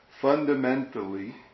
fundamentally